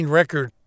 record